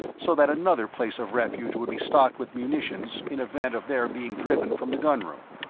so that another place of refuge would be stocked with munitions in event of their being driven from the gun room.